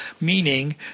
Meaning